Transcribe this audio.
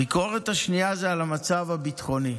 הביקורת השנייה זה על המצב הביטחוני.